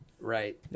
Right